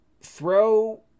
throw